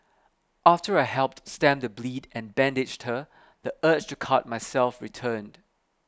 after I helped stem the bleed and bandaged her the urge to cut myself returned